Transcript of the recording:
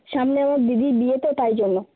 সামনে দিদির বিয়ে তো তাই জন্য